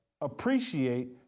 appreciate